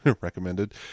recommended